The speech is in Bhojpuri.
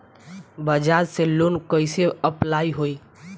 बजाज से लोन कईसे अप्लाई होई?